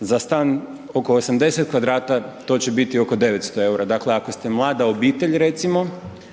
Za stan oko 80 kvadrata, to će biti oko 900 eura. Dakle, ako ste mlada obitelj, recimo,